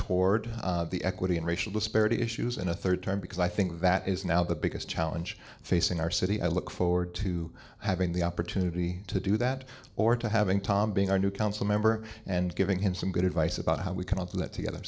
toward the equity and racial disparity issues in a third term because i think that is now the biggest challenge facing our city i look forward to having the opportunity to do that or to having tom being our new council member and giving him some good advice about how we can all do that together